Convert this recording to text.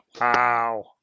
Wow